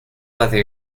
whether